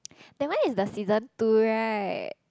that one is the season two right